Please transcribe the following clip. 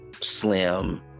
slim